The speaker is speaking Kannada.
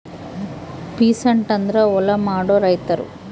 ಪೀಸಂಟ್ ಅಂದ್ರ ಹೊಲ ಮಾಡೋ ರೈತರು